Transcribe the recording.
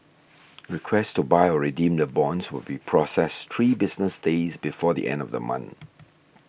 requests to buy or redeem the bonds will be processed three business days before the end of the month